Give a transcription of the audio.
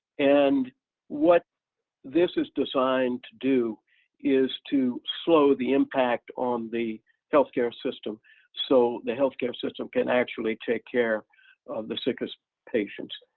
and what this is designed to do is to slow the impact on the healthcare system so the healthcare system can actually take care of the sickest patients.